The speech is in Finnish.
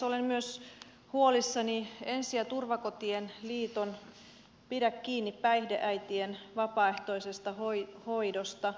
olen myös huolissani ensi ja turvakotien liiton pidä kiinni hoitojärjestelmän päihdeäitien vapaaehtoisesta hoidosta